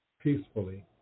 peacefully